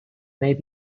may